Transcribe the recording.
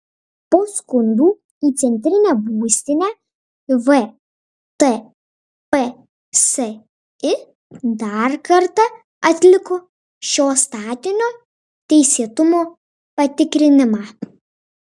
po skundų į centrinę būstinę vtpsi dar kartą atliko šio statinio teisėtumo patikrinimą